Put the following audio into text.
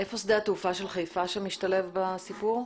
איפה שדה התעופה של חיפה משתלב בסיפור?